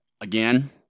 again